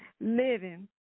living